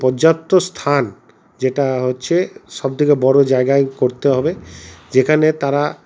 পর্যাপ্ত স্থান যেটা হচ্ছে সব থেকে বড়ো জায়গায় করতে হবে যেখানে তারা